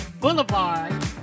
Boulevard